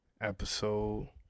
episode